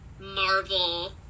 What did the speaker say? Marvel